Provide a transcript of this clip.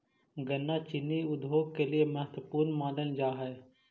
गन्ना चीनी उद्योग के लिए बहुत महत्वपूर्ण मानल जा हई